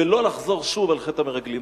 ולא לחזור שוב על חטא המרגלים.